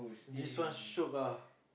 this one shiok ah